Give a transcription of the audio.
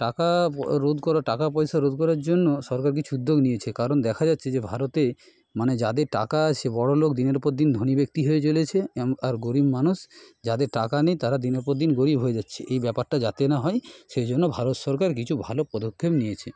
টাকা রোধ করা টাকা পয়সা রোধ করার জন্য সরকার কিছু উদ্যোগ নিয়েছে কারণ দেখা যাচ্ছে যে ভারতে মানে যাদের টাকা আছে বড়লোক দিনের পর দিন ধনী ব্যক্তি হয়ে চলেছে আর গরিব মানুষ যাদের টাকা নেই তারা দিনের পর দিন গরিব হয়ে যাচ্ছে এই ব্যাপারটা যাতে না হয় সেই জন্য ভারত সরকার কিছু ভালো পদক্ষেপ নিয়েছে